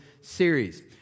series